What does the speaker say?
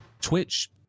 Twitch